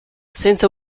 senza